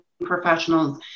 professionals